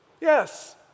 Yes